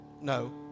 No